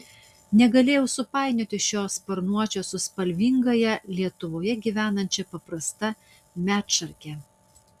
negalėjau supainioti šio sparnuočio su spalvingąja lietuvoje gyvenančia paprasta medšarke